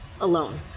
alone